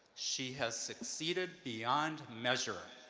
she has succeeded beyond measure.